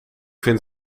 vind